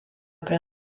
prie